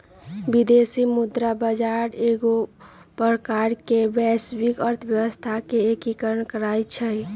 विदेशी मुद्रा बजार एगो प्रकार से वैश्विक अर्थव्यवस्था के एकीकरण करइ छै